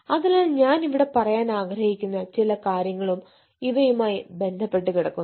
അതിനാൽ ഞാൻ ഇവിടെ പറയാൻ ആഗ്രഹിക്കുന്ന ചില കാര്യങ്ങളും ഇവയുമായി ബന്ധപ്പെട്ട് കിടക്കുന്നു